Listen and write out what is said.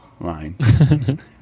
line